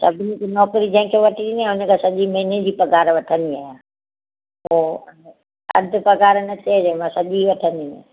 सभिनी जी नौकिरी जंहिंखे वठी ॾींदी आहियां हुन खां सॼी महीने जी पघारु वठंदी आहियां पोइ अधु पघारु न चइजांइ मां सॼी वठंदीमांइ